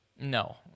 No